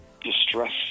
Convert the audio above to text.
distress